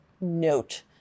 note